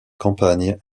campagne